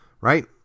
right